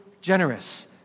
generous